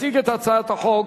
יציג את הצעת החוק